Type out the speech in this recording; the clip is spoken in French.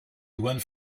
douanes